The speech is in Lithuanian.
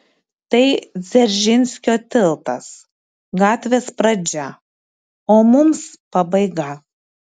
tai dzeržinskio tiltas gatvės pradžia o mums pabaiga